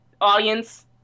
audience